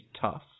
tough